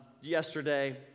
Yesterday